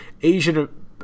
Asian